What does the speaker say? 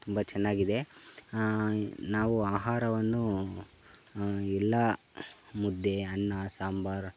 ತುಂಬ ಚೆನ್ನಾಗಿದೆ ನಾವು ಆಹಾರವನ್ನು ಎಲ್ಲ ಮುದ್ದೆ ಅನ್ನ ಸಾಂಬಾರು